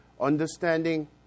understanding